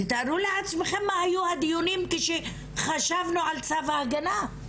תתארו לעצמכם מה היו הדיונים כשחשבנו על צו ההגנה,